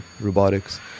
robotics